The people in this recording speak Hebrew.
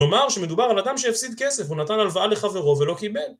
כלומר שמדובר על אדם שהפסיד כסף. הוא נתן הלוואה לחברו ולא קיבל